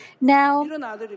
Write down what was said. Now